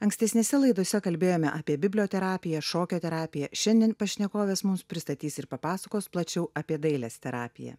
ankstesnėse laidose kalbėjome apie biblioterapiją šokio terapiją šiandien pašnekovės mums pristatys ir papasakos plačiau apie dailės terapiją